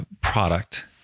product